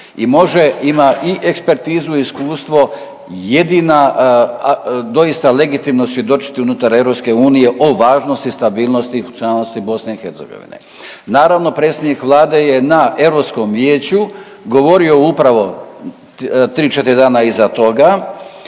I može, ime i ekspertizu, iskustvo jedina doista legitimno svjedočiti unutar EU o važnosti, stabilnosti i funkcionalnosti BiH. Naravno, predsjednik vlade je na Europskom vijeću govorio upravo 3-4 dana iza toga,